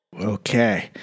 Okay